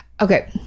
Okay